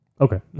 Okay